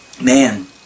Man